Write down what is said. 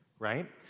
Right